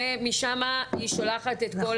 שמשם היא שולחת את כל